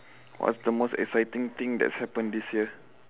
what's the most exciting thing that has happened this year